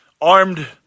armed